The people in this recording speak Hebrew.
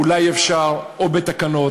אולי אפשר בתקנות,